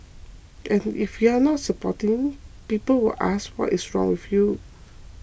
and if you are not supporting people will ask what is wrong with you